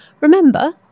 Remember